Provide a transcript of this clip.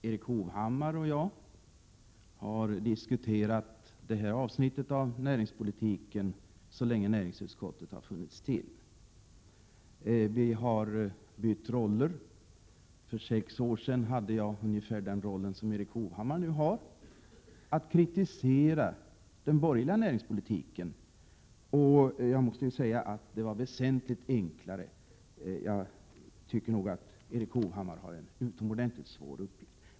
Erik Hovhammar och jag har diskuterat det här avsnittet av näringspolitiken så länge näringsutskottet har funnits till. Vi har bytt roller — för sex år sedan hade jag ungefär den roll som Erik Hovhammar nu har: att kritisera den förda näringspolitiken, som den gången var borgerlig. Jag måste säga att det var väsentligt enklare. Jag tycker att Erik Hovhammar har en utomordentligt svår uppgift.